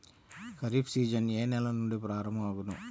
Kharif season ఏ నెల నుండి ప్రారంభం అగును?